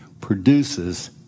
produces